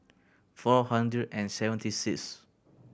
four hundred and seventy sixth